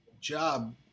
job